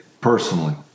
personally